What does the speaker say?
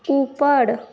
ऊपर